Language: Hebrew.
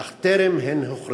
אך הן טרם הוכרזו.